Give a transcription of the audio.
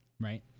right